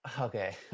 okay